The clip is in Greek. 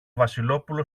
βασιλόπουλο